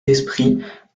d’esprit